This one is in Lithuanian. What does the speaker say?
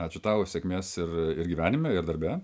ačiū tau sėkmės ir ir gyvenime ir darbe